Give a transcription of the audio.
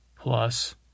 plus